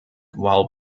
while